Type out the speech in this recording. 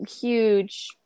huge